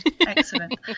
Excellent